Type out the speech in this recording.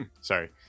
sorry